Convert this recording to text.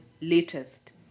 latest